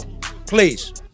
please